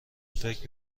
فکر